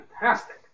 fantastic